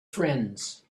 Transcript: friends